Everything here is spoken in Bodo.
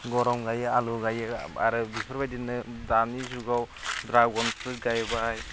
गम गायो आलु गायो आरो बेफोरबायदिनो दानि जुगाव द्रागन फ्रुइट गायबाय